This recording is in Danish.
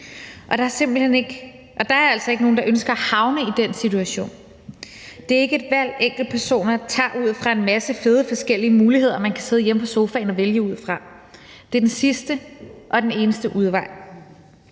og der er altså ikke nogen, der ønsker at havne i den situation. Det er ikke et valg, som enkeltpersoner tager ud fra en masse fede forskellige muligheder, som man kan sidde hjemme på sofaen og vælge ud fra. Det er den sidste og den eneste udvej.